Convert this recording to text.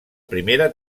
primera